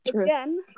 Again